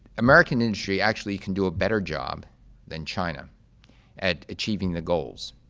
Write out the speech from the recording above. american industry actually can do a better job than china at achieving the goals.